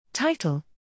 Title